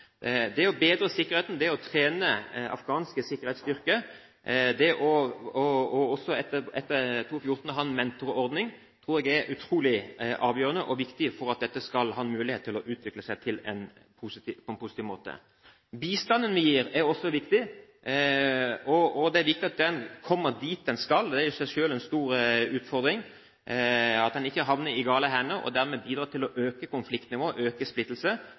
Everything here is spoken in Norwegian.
Det å bedre sikkerheten, det å trene afghanske sikkerhetsstyrker, og det å ha en mentorordning etter 2014 tror jeg er utrolig avgjørende og viktig for at dette skal ha mulighet til å utvikle seg på en positiv måte. Bistanden vi gir, er også viktig. Det er viktig at den kommer dit den skal. Det er i seg selv en stor utfordring at den ikke havner i gale hender og dermed bidrar til å øke konfliktnivået, øke splittelse,